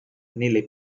nelle